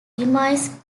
demise